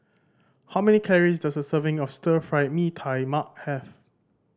how many calories does a serving of Stir Fried Mee Tai Mak have